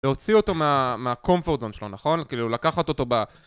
להוציא אותו מהcomfort zone שלו, נכון? כאילו, לקחת אותו ב...